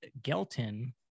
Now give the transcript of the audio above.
Gelton